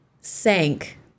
sank